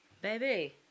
baby